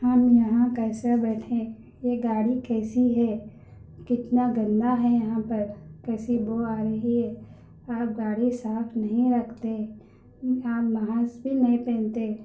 ہم یہاں کیسے بیٹھیں یہ گاڑی کیسی ہے کتنا گندہ ہے یہاں پر کیسی بو آ رہی ہے آپ گاڑی صاف نہیں رکھتے آپ ماسک بھی نہیں پہنتے